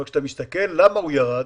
אבל כשאתה מסתכל למה הוא ירד,